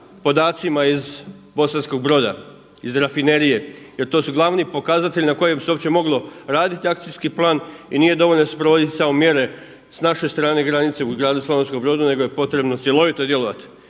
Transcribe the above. podacima iz Bosanskog Broda iz rafinerije jer to su glavni pokazatelji na kojem bi se uopće moglo raditi akcijski plan. I nije dovoljno sprovoditi samo mjere s naše strane granice u gradu Slavonskom Brodu nego je potrebno cjelovito djelovati.